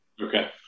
Okay